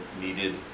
needed